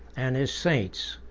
and his saints,